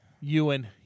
Ewan